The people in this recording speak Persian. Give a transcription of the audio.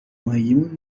ماهگیمون